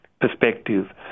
perspective